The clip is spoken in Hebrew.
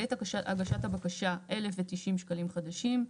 בעת הגשת הבקשה 1,090 שקלים חדשים.